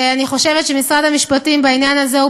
אני חושבת שמשרד המשפטים בעניין הזה הוא